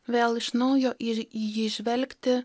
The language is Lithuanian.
vėl iš naujo ir į jį žvelgti